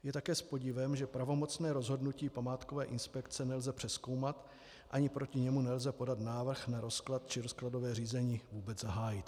Je také s podivem, že pravomocné rozhodnutí památkové inspekce nelze přezkoumat ani proti němu nelze podat návrh na rozklad či rozkladové řízení vůbec zahájit.